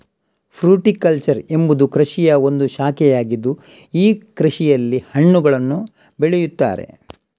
fruticulture ಎಂಬುವುದು ಕೃಷಿಯ ಒಂದು ಶಾಖೆಯಾಗಿದ್ದು ಈ ಕೃಷಿಯಲ್ಲಿ ಹಣ್ಣುಗಳನ್ನು ಬೆಳೆಯುತ್ತಾರೆ